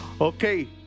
Okay